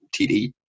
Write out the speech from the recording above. TD